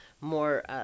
more